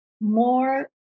more